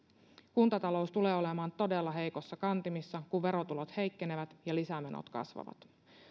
kuntatalous tulee olemaan todella heikoissa kantimissa kun verotulot heikkenevät ja lisämenot kasvavat